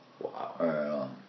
Wow